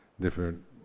different